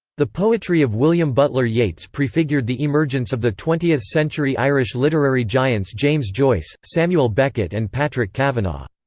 the poetry of william butler yeats prefigured the emergence of the twentieth century irish literary giants james joyce, samuel beckett and patrick kavanagh.